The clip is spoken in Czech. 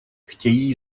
chtějí